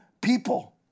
people